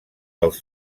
dels